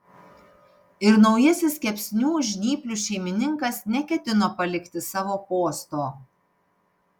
ir naujasis kepsnių žnyplių šeimininkas neketino palikti savo posto